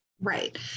Right